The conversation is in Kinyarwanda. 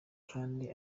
kandi